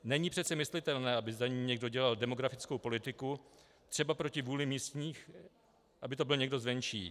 Není přece myslitelné, aby za ni někdo dělal demografickou politiku třeba proti vůli místních, aby to byl někdo zvenčí.